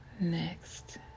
Next